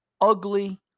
ugly